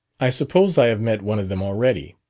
i suppose i have met one of them already.